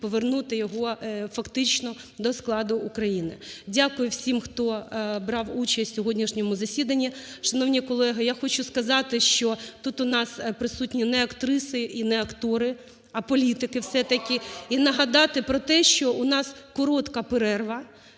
повернути його фактично до складу України. Дякую всім, хто брав участь в сьогоднішньому засіданні. Шановні колеги, я хочу сказати, що тут у нас присутні не актриси і не актори, а політики все-таки. І нагадати про те, що у нас коротка перерва,